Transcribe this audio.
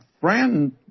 friend